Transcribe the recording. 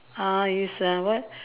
uh is a what